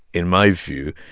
in my view,